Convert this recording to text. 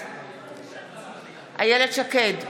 בעד איילת שקד,